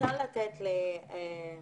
צריך להנגיש את האתרים